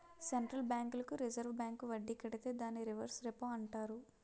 central బ్యాంకులకు reserve bank వడ్డీ కడితే దాన్ని రివర్స్ రెపో అంటారు